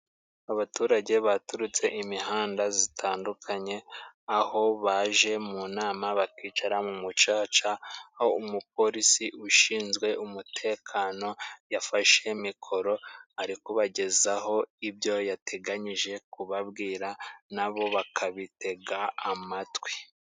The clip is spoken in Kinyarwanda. Abaturage baturutse imihanda zitandukanye aho baje mu nama bakicara mu mucaca aho Umupolisi ushinzwe umutekano yafashe mikoro ari kubagezaho ibyo yateganyije kubabwira nabo bakabitega amatwi.